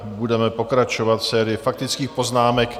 Budeme pokračovat v sérii faktických poznámek.